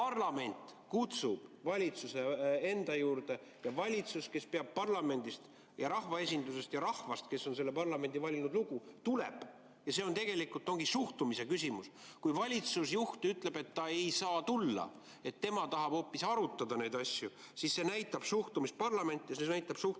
Parlament kutsub valitsuse enda juurde ja valitsus, kes peab lugu parlamendist ja rahvaesindusest ja rahvast, kes on selle parlamendi valinud, tuleb kohale. See ongi tegelikult suhtumise küsimus. Kui valitsusjuht ütleb, et ta ei saa tulla, tema tahab hoopis arutada neid asju, siis see näitab suhtumist parlamenti ja see näitab suhtumist ka oma